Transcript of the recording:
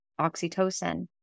oxytocin